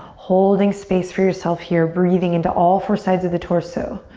holding space for yourself here. breathing into all four sides of the torso.